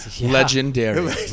Legendary